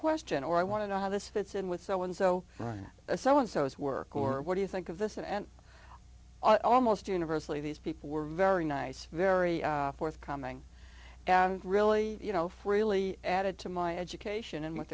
question or i want to know how this fits in with so and so right so and so is work or what do you think of this and almost universally these people were very nice very forthcoming and really you know freely added to my education and what